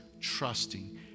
trusting